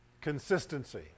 Consistency